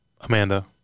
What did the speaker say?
Amanda